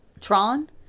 Tron